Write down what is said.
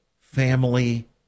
family